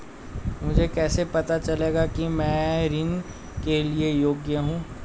मुझे कैसे पता चलेगा कि मैं ऋण के लिए योग्य हूँ?